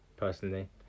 personally